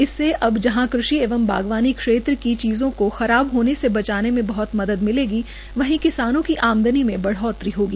इससे अब जहां कृषि एवं बागवानी क्षेत्र की चीजों को खराब होने से बचाने में बहत मदद मिलेगी वहीं किसानों की आमदनी में बढ़ौतरी होगी